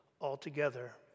altogether